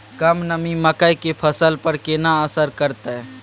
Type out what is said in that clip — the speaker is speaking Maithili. कम नमी मकई के फसल पर केना असर करतय?